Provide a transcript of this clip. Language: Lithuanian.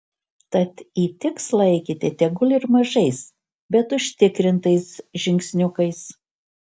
tad į tikslą eikite tegul ir mažais bet užtikrintais žingsniukais